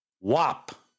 Wop